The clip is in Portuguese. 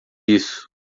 isso